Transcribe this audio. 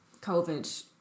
COVID